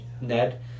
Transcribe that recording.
Ned